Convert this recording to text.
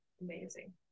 Amazing